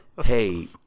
hey